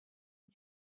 you